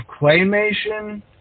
claymation